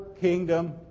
kingdom